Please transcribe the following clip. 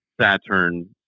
Saturn